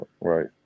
Right